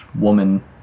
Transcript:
woman